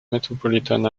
metropolitan